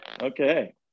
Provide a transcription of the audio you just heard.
okay